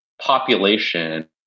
population